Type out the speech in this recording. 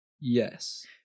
Yes